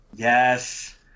Yes